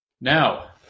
now